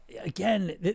again